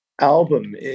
album